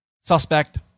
suspect